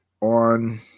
on